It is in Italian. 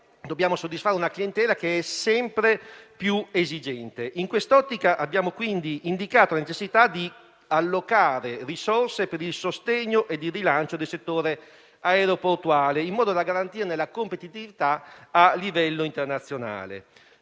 dobbiamo soddisfare una clientela che è sempre più esigente. In quest'ottica abbiamo quindi indicato la necessità di allocare risorse per il sostegno e il rilancio del settore aeroportuale, in modo da garantirne la competitività a livello internazionale: